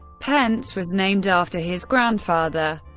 pence was named after his grandfather,